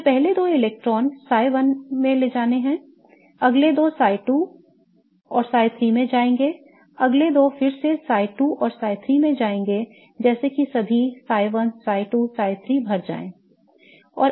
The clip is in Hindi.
मुझे पहले दो इलेक्ट्रॉन psi 1 में जाना चाहिए अगले दो psi 2 और psi 3 में जाएंगे अगले 2 फिर से psi 2 और psi 3 में जाएंगे जैसे कि सभी psi 1 psi 2 psi 3 भर जाएं